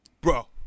Bro